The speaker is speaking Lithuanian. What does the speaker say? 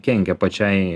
kenkia pačiai